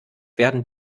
werden